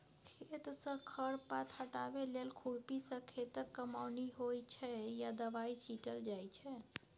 खेतसँ खर पात हटाबै लेल खुरपीसँ खेतक कमौनी होइ छै या दबाइ छीटल जाइ छै